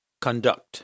conduct